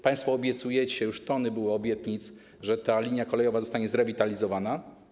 Państwo obiecujecie, już tony obietnic było, że ta linia kolejowa zostanie zrewitalizowana.